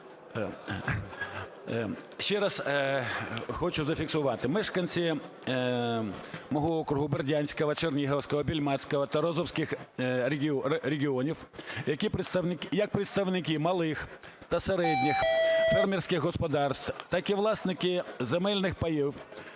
Ще раз хочу зафіксувати. Мешканці мого округу Бердянського, Чернігівського, Більмацького та Розівського регіонів, як представники малих та середніх фермерських господарств, так і власники земельних паїв,